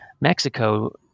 Mexico